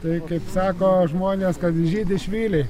tai kaip sako žmonės kad žydi švyliai